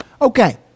Okay